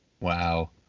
wow